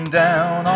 down